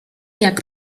jak